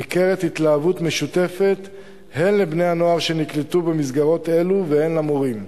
ניכרת התלהבות משותפת הן לבני-הנוער שנקלטו במסגרות אלו והן למורים.